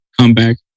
comeback